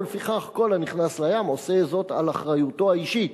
ולפיכך כל הנכנס לים עושה זאת על אחריותו האישית.